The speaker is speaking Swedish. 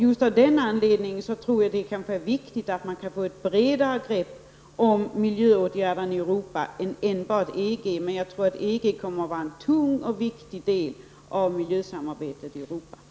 Just av den anledningen tror jag att det är viktigt att man tar ett bredare grepp på miljöåtgärderna i Europa än enbart inom EG. Men jag tror att EG kommer att vara en tung och viktig del av miljösamarbetet i Europa.